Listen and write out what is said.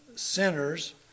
sinners